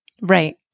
Right